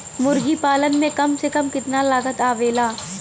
मुर्गी पालन में कम से कम कितना लागत आवेला?